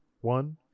One